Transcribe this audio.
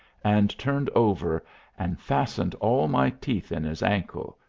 and turned over and fastened all my teeth in his ankle,